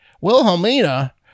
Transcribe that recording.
Wilhelmina